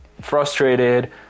frustrated